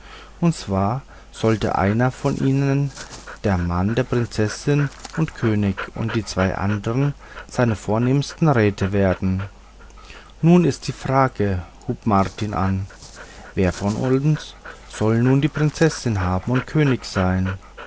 und zwar sollte einer von ihnen der mann der prinzessin und könig und die zwei andern seine vornehmsten räte werden nun ist die frage hub martin an wer von uns soll nun die prinzessin haben und könig sein